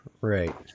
Right